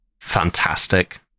fantastic